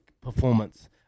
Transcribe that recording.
performance